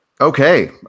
Okay